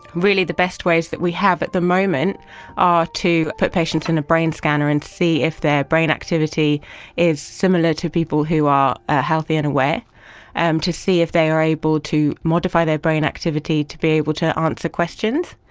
really the best ways that we have at the moment are to put patients in a brain scanner and see if their brain activity is similar to people who are ah healthy and aware and to see if they are able to modify their brain activity to be able to answer questions.